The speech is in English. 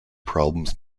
problems